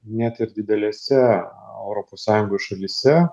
net ir didelėse europos sąjungos šalyse